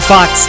Fox